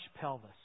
pelvis